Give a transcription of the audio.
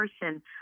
person